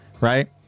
right